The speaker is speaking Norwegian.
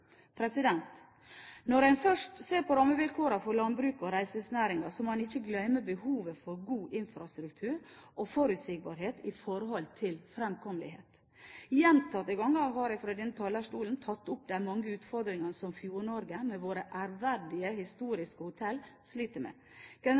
Når man først ser på rammevilkårene for landbruket og reiselivsnæringen, må man ikke glemme behovet for god infrastruktur og forutsigbarhet med tanke på framkommelighet. Gjentatte ganger har jeg fra denne talerstol tatt opp de mange utfordringer som Fjord-Norge med sine ærverdige